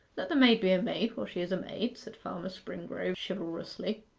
let the maid be a maid while she is a maid said farmer springrove chivalrously.